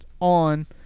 on